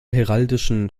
heraldischen